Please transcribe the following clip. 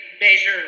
measure